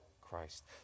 Christ